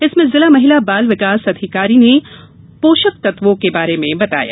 इसमें जिला महिला बाल विकास अधिकारी ने पोषक तत्वों के बारे में बताया